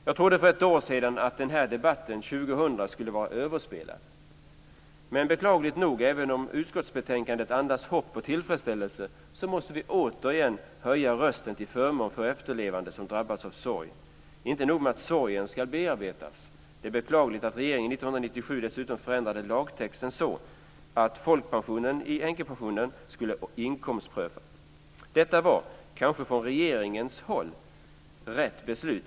Jag trodde för ett år sedan att den här debatten år 2000 skulle vara överspelad. Men beklagligt nog, även om utskottsbetänkandet andas hopp och tillfredsställelse, måste vi återigen höja rösten till förmån för efterlevande som drabbats av sorg. Inte nog med att sorgen ska bearbetas. Det är beklagligt att regeringen 1997 dessutom förändrade lagtexten så att folkpensionen i änkepensionen skulle inkomstprövas. Detta var kanske från regeringens håll rätt beslut.